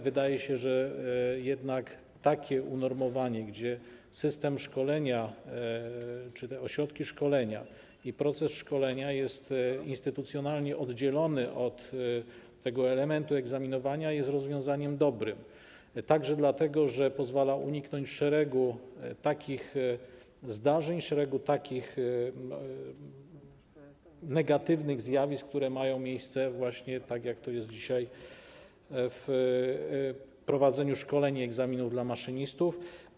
Wydaje się, że jednak takie unormowanie, gdzie system szkolenia czy te ośrodki szkolenia i proces szkolenia są instytucjonalnie oddzielone od tego elementu egzaminowania, jest rozwiązaniem dobrym, także dlatego, że pozwala uniknąć szeregu takich zdarzeń, szeregu takich negatywnych zjawisk, które mają miejsce, właśnie tak jak to jest dzisiaj, w przypadku prowadzenia szkoleń i egzaminów dla maszynistów.